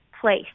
place